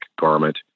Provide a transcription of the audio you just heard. garment